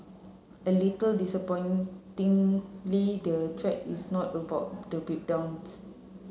a little disappointingly the thread is not about the breakdowns